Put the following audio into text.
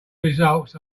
results